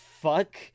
fuck